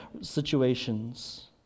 situations